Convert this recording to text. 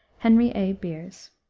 henry a. beers.